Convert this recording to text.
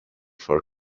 for